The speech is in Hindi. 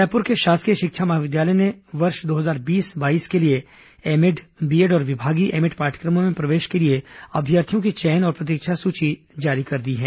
रायपुर के शासकीय शिक्षा महाविद्यालय ने साल दो हजार बीस बाईस के लिए एमएड बीएड और विभागीय एमएड पाठ्यक्रमों में प्रवेश के लिए अभ्यर्थियों की चयन और प्रतीक्षा सूची जारी कर दी है